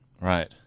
Right